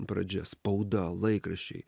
pradžia spauda laikraščiai